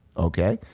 okay?